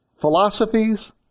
philosophies